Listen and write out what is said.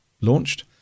launched